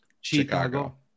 Chicago